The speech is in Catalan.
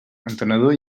entenedor